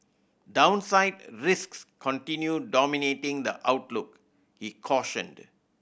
downside risks continue dominating the outlook he cautioned